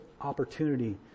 opportunity